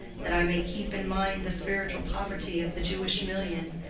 that i may keep in mind the spiritual poverty of the jewish million,